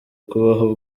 kubaho